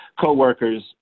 co-workers